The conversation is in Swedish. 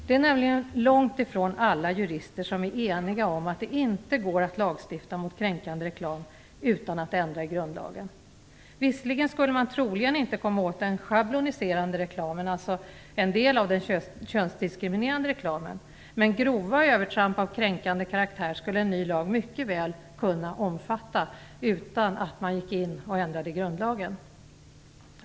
Det är nämligen långt ifrån alla jurister som är eniga om att det inte går att lagstifta mot kränkande reklam utan att ändra i grundlagen. Visserligen skulle man troligen inte komma åt den schabloniserande reklamen, alltså en del av den könsdiskriminerande reklamen, men grova övertramp av kränkande karaktär skulle en ny lag mycket väl kunna omfatta utan att man gick in och ändrade grundlagen.